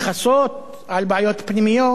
לכסות על בעיות פנימיות?